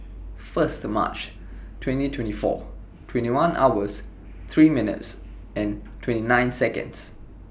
First March twenty twenty four twenty one hours three minutes and twenty nine Seconds